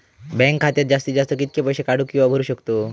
Bank खात्यात जास्तीत जास्त कितके पैसे काढू किव्हा भरू शकतो?